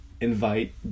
invite